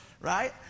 right